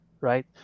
right